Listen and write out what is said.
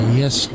yes